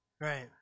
Right